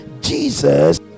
jesus